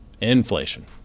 Inflation